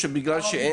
אולי